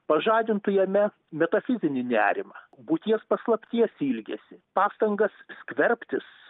pažadintų jame metafizinį nerimą būties paslapties ilgesį pastangas skverbtis